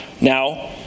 Now